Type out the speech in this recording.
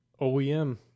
OEM